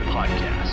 Podcast